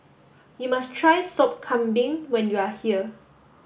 you must try Sop Kambing when you are here